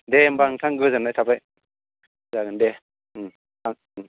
दे होमबा नोंथां गोजोननाय थाबाय जागोन दे उम थां उम